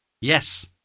Yes